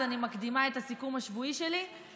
אז אני מקדימה את הסיכום השבועי שלי ואני